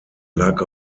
lag